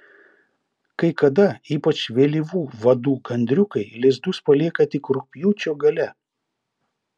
kai kada ypač vėlyvų vadų gandriukai lizdus palieka tik rugpjūčio gale